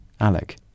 Alec